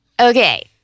Okay